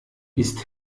ist